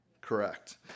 Correct